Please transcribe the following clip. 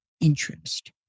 interest